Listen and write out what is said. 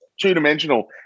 two-dimensional